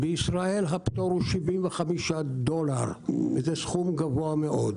ובישראל הפטור הוא על משלוחים של כ-75 דולר; זהו סכום גבוה מאוד.